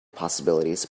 possibilities